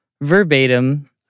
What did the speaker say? verbatim